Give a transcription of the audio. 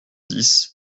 dix